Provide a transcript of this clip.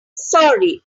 sorry